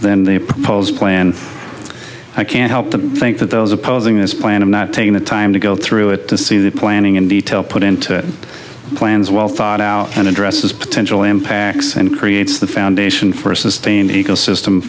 than the proposed plan i can't help but think that those opposing this plan of not taking the time to go through it to see the planning and detail put into plans well thought out and addresses potential impacts and creates the foundation for a sustained ecosystem